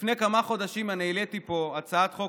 לפני כמה חודשים אני העליתי פה הצעת חוק